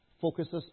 focuses